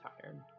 tired